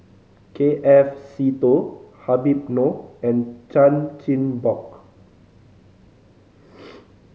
K F Seetoh Habib Noh and Chan Chin Bock